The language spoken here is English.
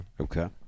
Okay